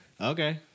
Okay